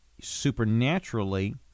supernaturally